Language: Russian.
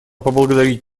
поблагодарить